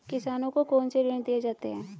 किसानों को कौन से ऋण दिए जाते हैं?